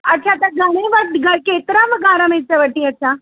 अच्छा त घणे वक़्तु घरु केतिरा मां ॻाढ़ा मिर्च वठी अचां